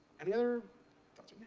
any other thoughts?